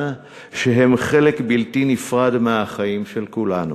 שהם חלק בלתי נפרד מהחיים של כולנו.